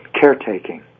Caretaking